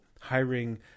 hiring